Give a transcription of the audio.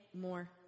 more